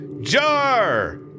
Jar